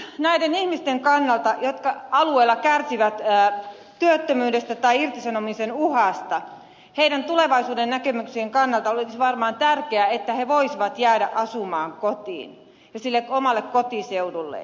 nyt näiden ihmisten kannalta jotka alueella kärsivät työttömyydestä tai irtisanomisen uhasta ja heidän tulevaisuudennäkymiensä kannalta olisi varmaan tärkeää että he voisivat jäädä asumaan kotiin ja sille omalle kotiseudulleen